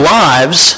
lives